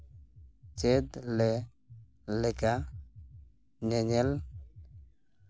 ᱪᱮᱫ ᱞᱮ ᱞᱮᱠᱟ ᱧᱮᱧᱮᱞ